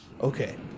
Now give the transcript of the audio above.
Okay